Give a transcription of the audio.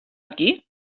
aquí